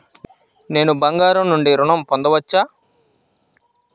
నేను బంగారం నుండి ఋణం పొందవచ్చా?